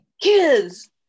kids